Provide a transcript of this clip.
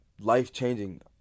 life-changing